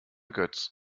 götz